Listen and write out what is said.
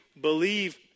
believe